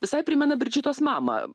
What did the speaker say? visai primena bridžitos mamą